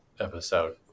episode